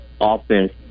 offense